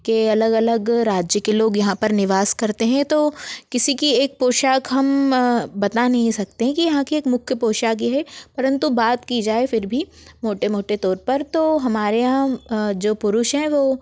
के अलग अलग राज्य के लोग यहाँ पर निवास करते हैं तो किसी की एक पोशाक हम बता नहीं सकते हैं कि यहाँ की एक मुख्य पोशाक ये है परंतु बात की जाए फिर भी मोटे मोटे तौर पर तो हमारे यहाँ जो पुरुष हैं वो